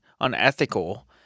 unethical